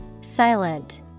Silent